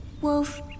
wolf